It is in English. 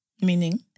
meaning